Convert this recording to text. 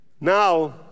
Now